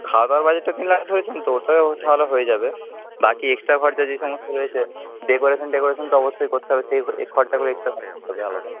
খাওয়া দাওয়ার বাজেটটা আপনি করেছেন তো ওটা তাহলে হয়ে যাবে বাকি এক্সট্রা খরচা যে সমস্ত রয়েছে ডেকরেশন টেকরেশন তো অবশ্যই করতে হচ্ছে এই এই খরচাগুলো এক্সট্রা থাকতেই হবে আলাদা